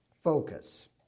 Focus